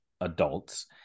adults